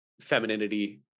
femininity